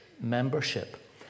membership